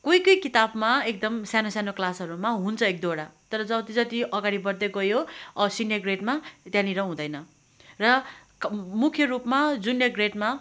कोही कोही किताबमा एकदम सानो सानो क्लासहरूमा हुन्छ एक दुइवटा तर जति जति अगाडि बढ्दै गयो सिनियर ग्रेडमा त्यहाँनिर हुँदैन र मुख्य रूपमा जुनियर ग्रेडमा